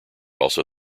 also